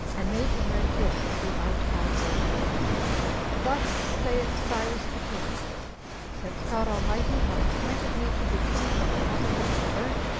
and made him write this throughout all asia thus saith cyrus the king since god almighty hath appointed me to be king of the habitable earth,